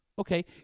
Okay